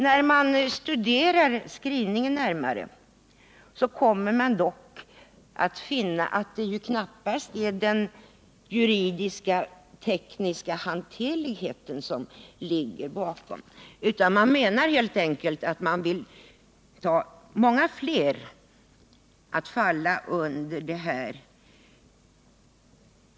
När man studerar skrivningen närmare finner man dock att det knappast är den juridisk-tekniska hanterligheten som ligger bakom, utan man menar helt enkelt att många fler skall falla under detta.